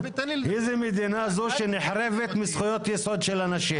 איזו מדינה זו שנחרבת מזכויות של אנשים?